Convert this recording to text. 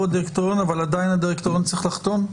הדירקטוריון אבל עדיין הדירקטוריון צריך לחתום?